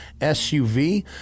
suv